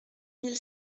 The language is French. mille